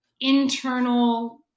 internal